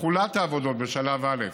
תחולת העבודות בשלב א':